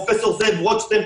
פרופ' זאב רוטשטיין,